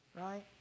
right